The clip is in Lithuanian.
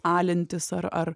alintis ar ar